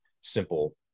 simple